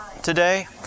today